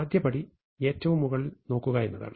ആദ്യ പടി ഏറ്റവും മുകളിൽ നോക്കുക എന്നതാണ്